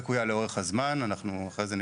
גורם אחר הוא תחזוקה לקויה לאורך הזמן,